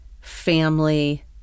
family